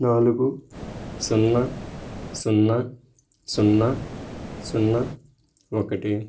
నాలుగు సున్నా సున్నా సున్నా సున్నా ఒకటి